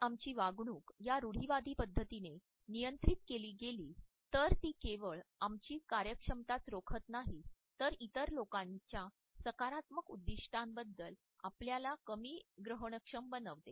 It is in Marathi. जर आमची वागणूक या रूढीवादी पद्धतीने नियंत्रित केली गेली तर ती केवळ आमची कार्यक्षमताच रोखत नाही तर इतर लोकांच्या सकारात्मक उद्दीष्टांबद्दल आपल्याला कमी ग्रहणक्षम बनवते